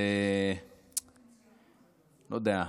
לא יודע,